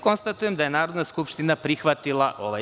Konstatujem da je Narodna skupština prihvatila ovaj